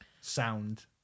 sound